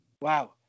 Wow